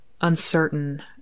uncertain